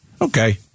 okay